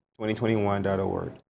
2021.org